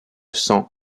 sang